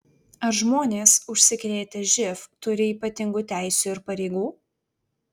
ar žmonės užsikrėtę živ turi ypatingų teisių ir pareigų